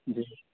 جی